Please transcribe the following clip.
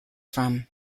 from